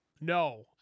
No